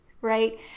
right